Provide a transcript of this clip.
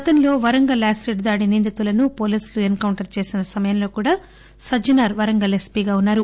గతంలో వరంగల్ యాసిడ్ దాడి నిందితులను పోలీసులు ఎస్ కౌంటర్ చేసిన సమయంలో కూడా సజ్ఞనార్ వరంగల్ ఎస్పీగా ఉన్నారు